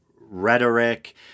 rhetoric